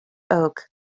oak